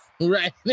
Right